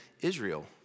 Israel